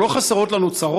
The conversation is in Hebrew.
הלוא לא חסרות לנו צרות,